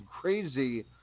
crazy